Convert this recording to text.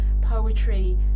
Poetry